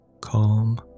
Calm